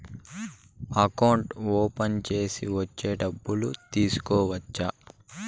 అకౌంట్లు ఓపెన్ చేసి వచ్చి డబ్బులు తీసుకోవచ్చు